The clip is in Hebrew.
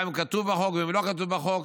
גם אם כתוב בחוק וגם אם לא כתוב בחוק,